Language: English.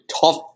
tough